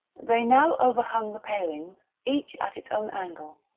they now overhung the palings each at its own angle,